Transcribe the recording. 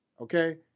Okay